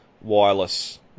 wireless